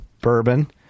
bourbon